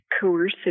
coercive